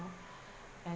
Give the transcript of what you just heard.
know and